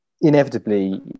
inevitably